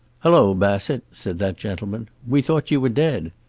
hello, bassett, said that gentleman. we thought you were dead.